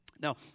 Now